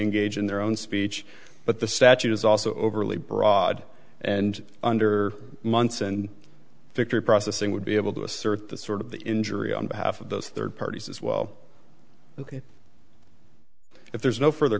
engage in their own speech but the statute is also overly broad and under months and victor processing would be able to assert the sort of the injury on behalf of those third parties as well ok if there's no further